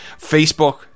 Facebook